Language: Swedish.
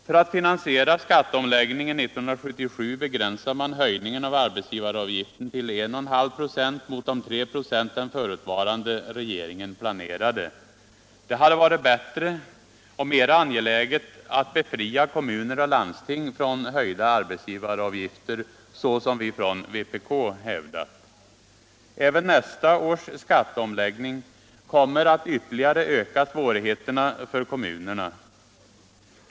För att finansiera skatteomläggningen 1977 begränsar man höjningen av arbetsgivaravgiften med 1,5 + mot de 3 ”5 som den förutvarande regeringen planerade. Det hade varit bättre och mer angeläget att befria kommuner och landsting från höjda arbetsgivaravgifter, såsom vi från vpk hävdat att man bör göra. Även nästa års skatteomläggning kommer att ytterligare öka svårigheterna för kommunerna.